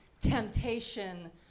temptation